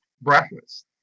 breakfast